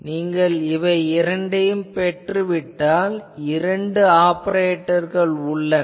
நீங்கள் இவை இரண்டையும் பெற்றுவிட்டால் இரண்டு ஆப்பரேட்டர் உள்ளன